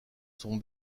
sont